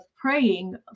praying